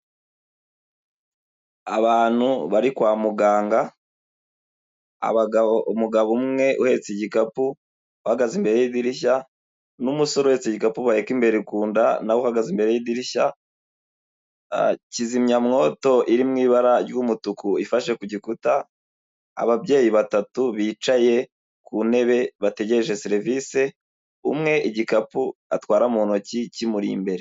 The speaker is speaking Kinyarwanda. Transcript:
Abantu bari kwa muganga, umugabo umwe uhetse igikapu uhagaze imbere yidirishya n'umusore uhetse igikapu baheka imbere ku nda na uhagaze imbere y'idirishya, kizimyamwoto iri mu ibara ry'umutuku ifashe ku gikuta, ababyeyi batatu bicaye ku ntebe bategereje serivise, umwe igikapu atwara mu ntoki kimuri imbere.